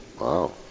Wow